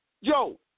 yo